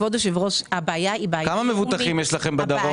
כמה מבוטחים יש לכם בדרום?